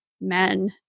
men